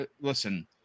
listen